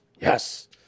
Yes